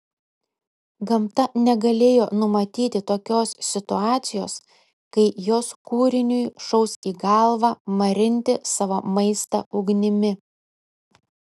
gamta negalėjo numatyti tokios situacijos kai jos kūriniui šaus į galvą marinti savo maistą ugnimi